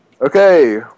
Okay